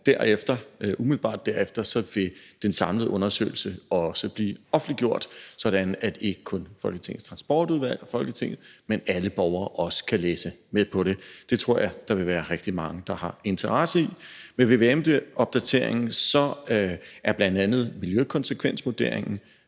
derefter vil den samlede undersøgelse også blive offentliggjort, sådan at ikke kun Folketingets Transportudvalg og Folketinget, men alle borgere også kan læse med. Det tror jeg der vil være rigtig mange der har interesse i. Ved vvm-opdateringen er bl.a. miljøkonsekvensvurderingen,